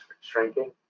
shrinking